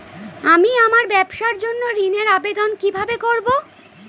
আমি আমার ব্যবসার জন্য ঋণ এর আবেদন কিভাবে করব?